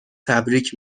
تبریک